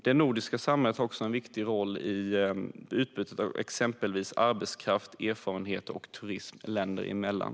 Det nordiska samarbetet har också en viktig roll i utbytet av exempelvis arbetskraft, erfarenheter och turism länder emellan.